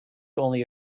only